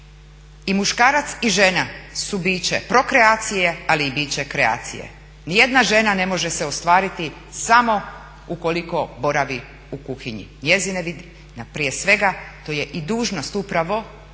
I muškarac i žena su biće prokreacije ali i biće kreacije. Nijedna žena ne može se ostvariti samo ukoliko boravi u kuhinji. Prije svega to je i dužnost upravo